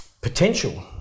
potential